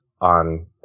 on